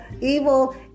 evil